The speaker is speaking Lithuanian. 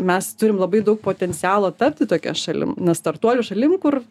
mes turim labai daug potencialo tapti tokia šalim na startuolių šalim kur